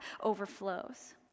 overflows